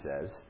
says